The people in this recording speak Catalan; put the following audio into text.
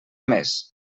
més